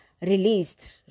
released